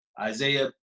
Isaiah